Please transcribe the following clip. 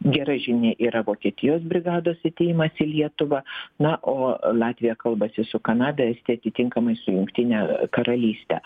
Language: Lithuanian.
gera žinia yra vokietijos brigados atėjimas į lietuvą na o latvija kalbasi su kanada estija atitinkamai su jungtine karalyste